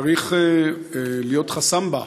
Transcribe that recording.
צריך להיות חסמב"ה,